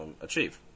achieve